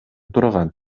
турган